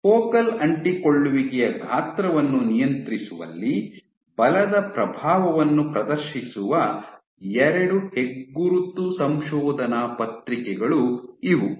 focal ಅಂಟಿಕೊಳ್ಳುವಿಕೆಯ ಗಾತ್ರವನ್ನು ನಿಯಂತ್ರಿಸುವಲ್ಲಿ ಬಲದ ಪ್ರಭಾವವನ್ನು ಪ್ರದರ್ಶಿಸುವ ಎರಡು ಹೆಗ್ಗುರುತು ಸಂಶೋಧನಾ ಪತ್ರಿಕೆಗಳು ಇವು